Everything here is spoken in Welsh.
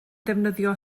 ddefnyddio